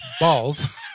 balls